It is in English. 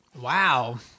wow